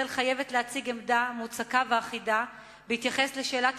ישראל חייבת להציג עמדה מוצקה ואחידה בהתייחס לשאלת